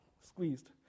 squeezed